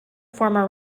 former